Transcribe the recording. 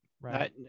right